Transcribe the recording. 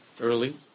early